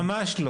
לא, ממש לא.